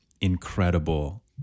incredible